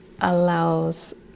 allows